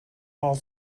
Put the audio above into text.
all